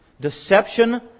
deception